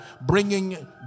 bringing